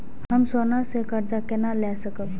हम सोना से कर्जा केना लाय सकब?